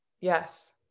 Yes